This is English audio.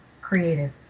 creative